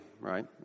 right